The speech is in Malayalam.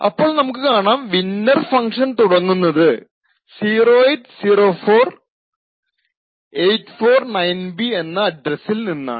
അപ്പോൾ നമുക്ക് കാണാം വിന്നെർ ഫങ്ക്ഷൻ തുടങ്ങുന്നത് 0804849B എന്ന അഡ്രസിൽ നിന്നാണ്